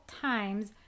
times